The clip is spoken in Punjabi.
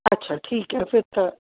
ਅੱਛਾ ਠੀਕ ਹੈ ਫਿਰ ਤਾਂ